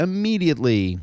immediately